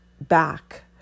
back